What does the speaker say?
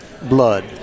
Blood